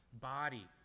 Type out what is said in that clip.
body